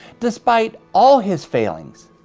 despite all his failings,